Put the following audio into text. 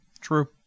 True